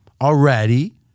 already